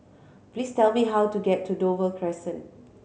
please tell me how to get to Dover Crescent